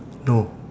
no